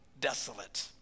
desolate